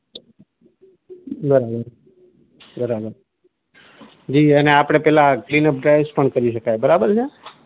બરાબર બરાબર જી આપણે પેલાં ક્લીનઅપ ડ્રાઇવ્સ પણ કરી શકાય બરાબર છે